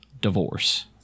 divorce